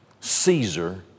Caesar